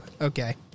Okay